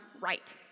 right